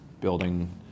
building